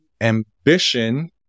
ambition